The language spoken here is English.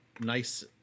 nice